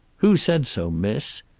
who said so, miss?